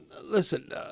listen